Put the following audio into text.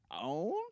own